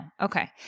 Okay